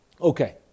Okay